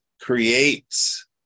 creates